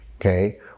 okay